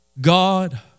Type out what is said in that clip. God